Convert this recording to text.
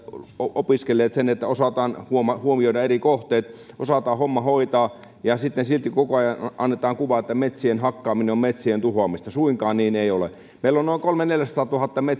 opiskelleet jotta osataan huomioida eri kohteet osataan homma hoitaa ja silti koko ajan annetaan kuva että metsien hakkaaminen on metsien tuhoamista suinkaan niin ei ole meillä on noin kolme neljäsataatuhatta